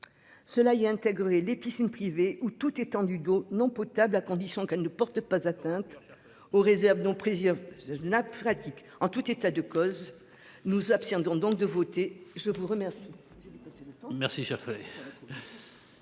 Cela y intégrer les piscines privées ou toute étendue d'eau non potable à condition qu'elle ne porte pas atteinte aux réserves non. Nappes phréatiques, en tout état de cause nous abstiendrons donc de voter. Je vous remercie.